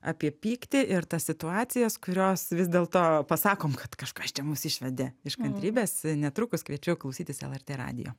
apie pyktį ir tas situacijas kurios vis dėlto pasakom kad kažkas čia mus išvedė iš kantrybės netrukus kviečiu klausytis lrt radijo